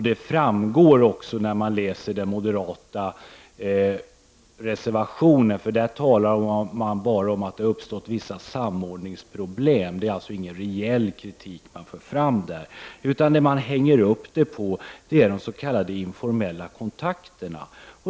Detta framgår också av den moderata reservationen. Där talar man bara om att det har uppstått vissa samordningsproblem. Det är ingen rejäl kritik som förs fram. Man hänger upp det hela på de informella kontakterna.